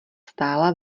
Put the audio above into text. stála